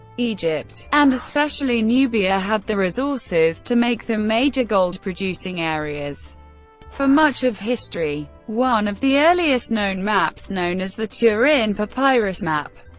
egypt and especially nubia had the resources to make them major gold-producing areas for much of history. one of the earliest known maps, known as the turin papyrus map,